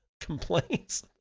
complaints